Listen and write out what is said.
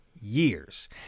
years